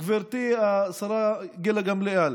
גברתי השרה גילה גמליאל,